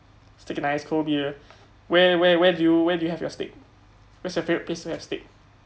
steak and ice cool beer where where where do you where do you have your steak where's your favourite place to have steak